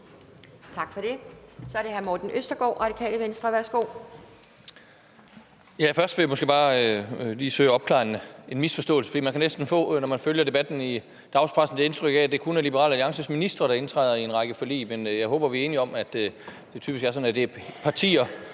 Tak for det. Så er det hr. Morten Østergaard, Radikale Venstre. Værsgo. Kl. 15:07 Morten Østergaard (RV): Først vil jeg måske bare lige forsøge at opklare en misforståelse, for når man følger debatten i dagspressen, kan man næsten få det indtryk, at det kun er Liberal Alliances ministre, der indtræder i en række forlig, men jeg håber, at vi er enige om, at det typisk er sådan, at det er partier